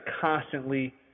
constantly